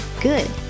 Good